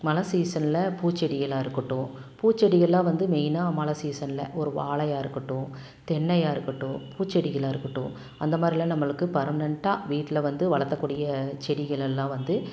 மழை சீசனில் பூச்செடிகளாக இருக்கட்டும் பூச்செடிகள் எல்லாம் வந்து மெயினாக மழை சீசனில் ஒரு வாழையாக இருக்கட்டும் தென்னையாக இருக்கட்டும் பூச்செடிகளாக இருக்கட்டும் அந்தமாதிரிலாம் நம்பளுக்கு பர்மனன்ட்டாக வீட்டில் வந்து வளர்த்தக்கூடிய செடிகளெல்லாம் வந்து